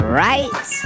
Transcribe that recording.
right